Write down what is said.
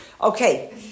Okay